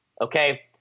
Okay